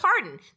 pardon